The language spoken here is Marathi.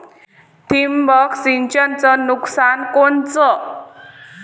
ठिबक सिंचनचं नुकसान कोनचं?